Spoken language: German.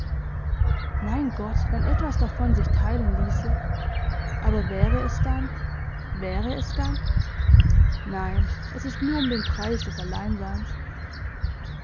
mein gott wenn etwas davon sich teilen ließe aber wäre es dann wäre es dann nein es ist nur um den preis des alleinseins